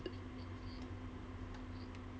it's